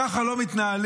ככה לא מתנהלים.